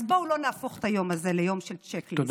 אז בואו לא נהפוך את היום הזה ליום של צ'ק-ליסט.